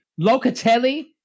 Locatelli